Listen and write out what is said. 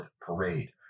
parade